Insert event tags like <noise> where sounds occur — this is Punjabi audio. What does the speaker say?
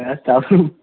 <unintelligible>